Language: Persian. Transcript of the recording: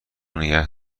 نگه